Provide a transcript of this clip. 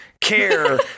care